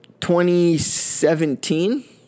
2017